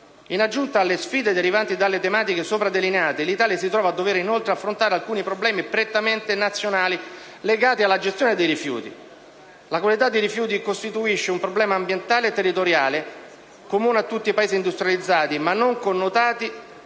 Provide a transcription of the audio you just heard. In aggiunta alle sfide derivanti dalle tematiche sopra delineate, l'Italia si trova a dover inoltre affrontare alcuni problemi prettamente nazionali legati alla gestione dei rifiuti. La quantità di rifiuti costituisce un problema ambientale e territoriale comune a tutti i Paesi industrializzati, ma con connotati